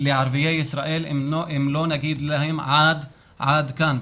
לערביי ישראל אם לא נגיד להם עד כאן.